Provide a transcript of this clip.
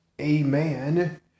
amen